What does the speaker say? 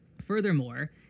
Furthermore